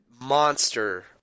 monster